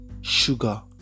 sugar